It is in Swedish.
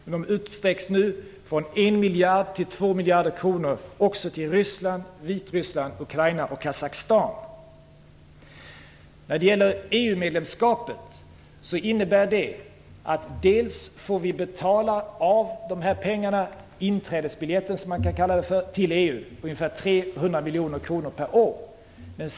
De utsträcks nu från 1 miljard till 2 miljarder kronor och kommer även att gå till Ryssland, Vitryssland, Ukraina och Kazakstan. När det gäller EU-medlemskapet innebär det att vi får betala av dessa pengar - inträdesbiljetten till EU - med ungefär 300 miljoner kronor per år.